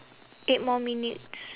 eight more minutes